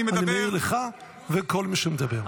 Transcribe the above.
אני מעיר לך ולכל מי שמדבר.